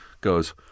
goes